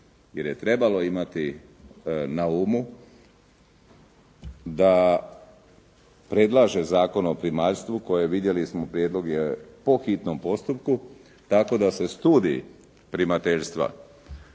jer je trebalo imati na umu da da predlaže Zakon o primaljstvu koje vidjeli smo prijedlog je po hitnom postupku, tako da se studij primateljstva,